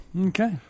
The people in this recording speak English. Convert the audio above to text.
Okay